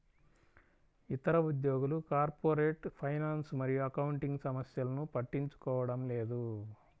ఇతర ఉద్యోగులు corporate finance మరియు అకౌంటింగ్ సమస్యలను పట్టించుకోవడం లేదు